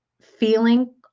feeling